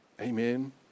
Amen